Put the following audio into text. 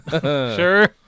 Sure